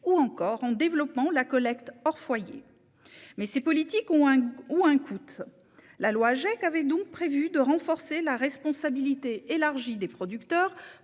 ou encore en développant la collecte hors foyer ; mais ces politiques ont un coût. La loi Agec prévoyait donc de renforcer la responsabilité élargie des producteurs